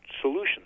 solutions